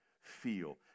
feel